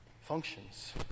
functions